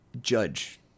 judge